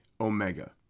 omega